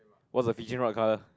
what's the fishing rod color